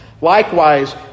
Likewise